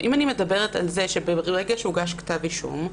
אם אני מדברת על זה שברגע שהוגש כתב אישום,